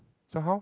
so how